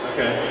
Okay